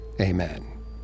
Amen